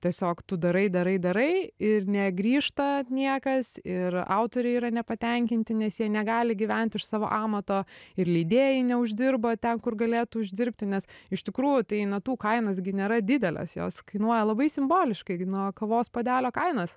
tiesiog tu darai darai darai ir negrįžta niekas ir autoriai yra nepatenkinti nes jie negali gyvent iš savo amato ir leidėjai neuždirba ten kur galėtų uždirbti nes iš tikrųjų tai natų kainos gi nėra didelės jos kainuoja labai simboliškai nuo kavos puodelio kainas